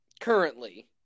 currently